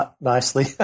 nicely